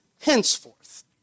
henceforth